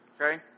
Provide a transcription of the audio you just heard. okay